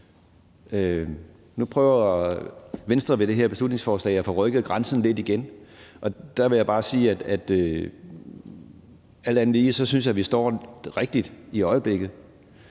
Nu prøver Venstre med det her beslutningsforslag at få rykket grænsen lidt igen, og der vil jeg bare sige, at jeg synes, at vi alt andet lige står rigtigt i øjeblikket.